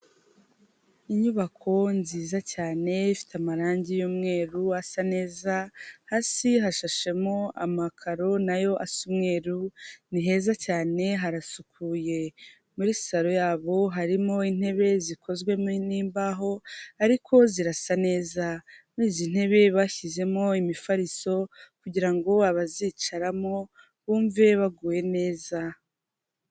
Inyubako nziza cyane ifite amarangi y'umweru asa neza, hasi hashashemo amakaro nayo asa umweru ni heza cyane harasukuye, muri saro yabo harimo intebe zikozwe n'imbaho ariko zirasa neza, muri izi ntebe bashyizemo imifariso kugirango abazicaramo bumve baguwe neza.